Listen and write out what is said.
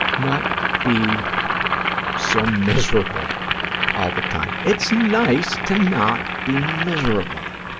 not be so miserable all the time. it's nice to not be miserable.